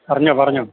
പറഞ്ഞോ പറഞ്ഞോ